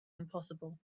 impossible